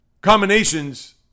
combinations